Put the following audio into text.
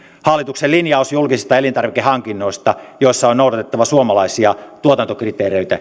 hallituksen linjaus julkisista elintarvikehankinnoista joissa on noudatettava suomalaisia tuotantokriteereitä